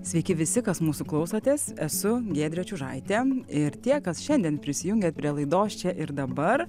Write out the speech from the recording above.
sveiki visi kas mūsų klausotės esu giedrė čiužaitė ir tie kas šiandien prisijungia prie laidos čia ir dabar